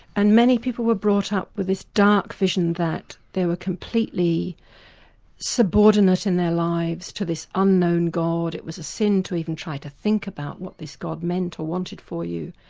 and many people were brought up with this dark vision that they were completely subordinate in their lives to this unknown god, it was a sin to even try to think about what this god meant or wanted for you.